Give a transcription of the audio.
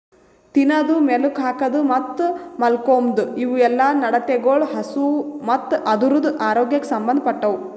ತಿನದು, ಮೇಲುಕ್ ಹಾಕದ್ ಮತ್ತ್ ಮಾಲ್ಕೋಮ್ದ್ ಇವುಯೆಲ್ಲ ನಡತೆಗೊಳ್ ಹಸು ಮತ್ತ್ ಅದುರದ್ ಆರೋಗ್ಯಕ್ ಸಂಬಂದ್ ಪಟ್ಟವು